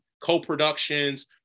co-productions